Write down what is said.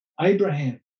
Abraham